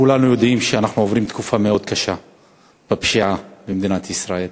כולנו יודעים שאנחנו עוברים תקופה קשה מאוד מבחינת הפשיעה במדינת ישראל.